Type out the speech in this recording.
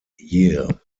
year